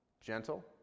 gentle